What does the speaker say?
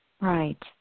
Right